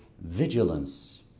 Vigilance